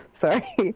Sorry